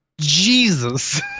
Jesus